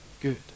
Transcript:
good